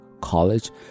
college